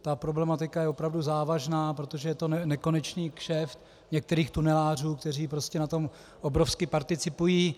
Ta problematika je opravdu závažná, protože je to nekonečný kšeft některých tunelářů, kteří prostě na tom obrovsky participují.